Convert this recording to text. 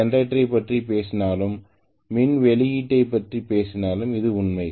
C ஜெனரேட்டரைப் பற்றி பேசினாலும் மின் வெளியீட்டைப் பற்றி பேசினாலும் இது உண்மை